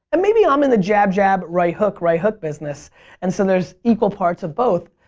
and maybe i'm in the jab, jab, right hook, right hook business and so there's equal parts of both.